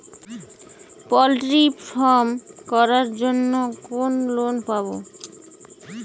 Poultry farm করার জন্য কোন লোন পাব?